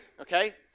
Okay